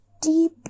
deep